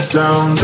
down